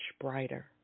brighter